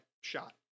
shot